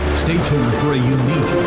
stay tuned for a unique